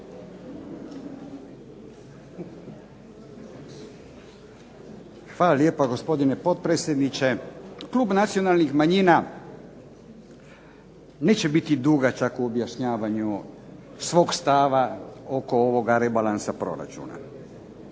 Hvala lijepo gospodine potpredsjedniče. Klub nacionalnih manjina neće biti dugačak u objašnjavanju svog stava oko ovog rebalansa proračuna.